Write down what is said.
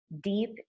deep